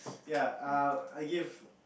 ya um I give